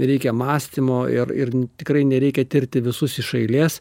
reikia mąstymo ir ir tikrai nereikia tirti visus iš eilės